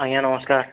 ଆଜ୍ଞା ନମସ୍କାର୍